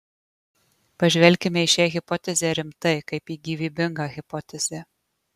pažvelkime į šią hipotezę rimtai kaip į gyvybingą hipotezę